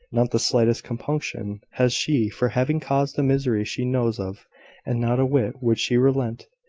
not the slightest compunction has she for having caused the misery she knows of and not a whit would she relent,